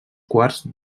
quarts